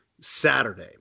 Saturday